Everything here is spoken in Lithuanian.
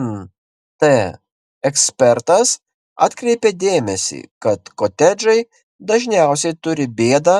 nt ekspertas atkreipė dėmesį kad kotedžai dažniausiai turi bėdą